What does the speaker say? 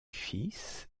fils